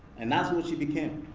and that's what she became.